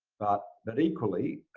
but but equally,